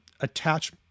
attach